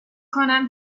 کنم